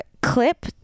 clip